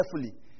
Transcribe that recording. carefully